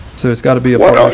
so it's got to be